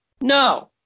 no